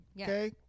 Okay